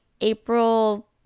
April